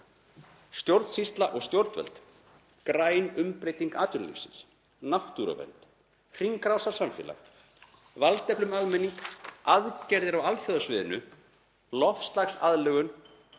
stjórnsýslu og stjórnvöld; græna umbreytingu atvinnulífsins; náttúruvernd; hringrásarsamfélag; að valdefla almenning; aðgerðir á alþjóðasviðinu; loftslagsaðlögun